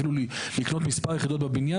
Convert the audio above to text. ואפילו לקנות מספר יחידות בבניין,